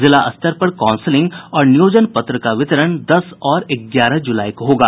जिला स्तर पर काउंसिलिंग और नियोजन पत्र का वितरण दस और ग्यारह जुलाई को होगा